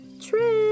Trip